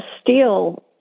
steel